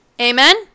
Amen